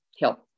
help